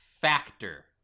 Factor